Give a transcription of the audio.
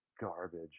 garbage